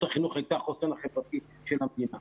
החינוך הייתה החוסן החברתי של המדינה.